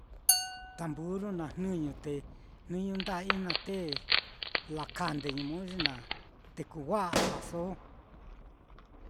tamburru naá jnɨñu, te jnɨñu nda'ai naá te lakandeñu modo ye na teku wa'aso.